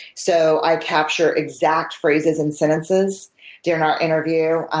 so i capture exact phrases and sentences during our interview.